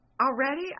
already